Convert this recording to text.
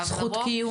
זכות קיום.